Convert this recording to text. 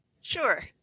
Sure